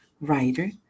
writer